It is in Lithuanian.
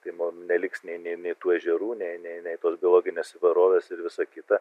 tai mum neliks nei nei tų ežerų nei nei tos biologinės įvairovės ir visa kita